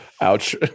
Ouch